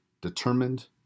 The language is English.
determined